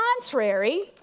contrary